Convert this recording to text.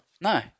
No